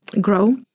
grow